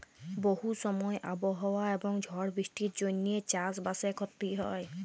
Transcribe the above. বহু সময় আবহাওয়া এবং ঝড় বৃষ্টির জনহে চাস বাসে ক্ষতি হয়